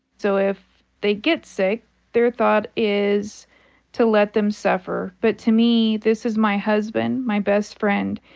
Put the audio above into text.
so if they get sick their thought is to let them suffer. but to me, this is my husband, my best friend,